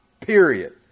Period